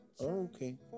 okay